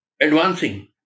advancing